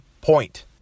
point